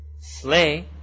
Slay